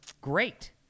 great